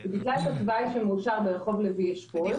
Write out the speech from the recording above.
הוא בכלל בתוואי שמאושר ברחוב לוי אשכול.